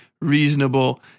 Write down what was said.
reasonable